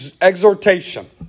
exhortation